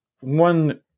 one